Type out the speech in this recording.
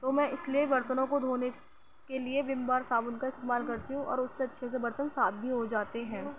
تو میں اس لیے برتنوں کو دھونے کے لیے ویم بار صابن کا استعمال کرتی ہوں اور اس سے اچھے سے برتن صاف بھی ہو جاتے ہیں